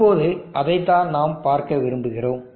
இப்போது அதைத்தான் நாம் பார்க்க விரும்புகிறோம்